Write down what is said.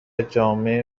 جامع